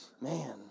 Man